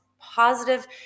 positive